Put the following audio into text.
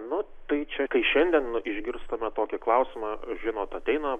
nu tai čia kai šiandien išgirstame tokį klausimą žinot ateina